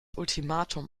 ultimatum